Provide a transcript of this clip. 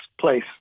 place